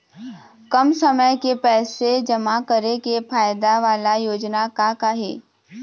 कम समय के पैसे जमा करे के फायदा वाला योजना का का हे?